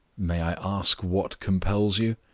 may i ask what compels you?